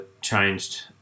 changed